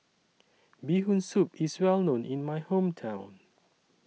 Bee Hoon Soup IS Well known in My Hometown